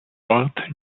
ort